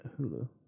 Hulu